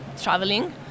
traveling